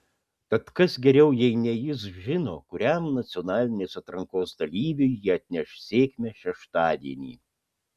tad kas geriau jei ne jis žino kuriam nacionalinės atrankos dalyviui ji atneš sėkmę šeštadienį